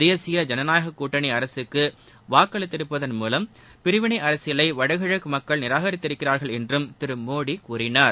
தேசிய ஜனநாயக கூட்டணி அரசுக்கு வாக்களித்திருப்பதன் மூலம் பிரிவினை அரசியலை வடகிழக்கு மக்கள் நிராகரித்திருக்கிறார்கள் என்றும் திரு மோடி கூறினார்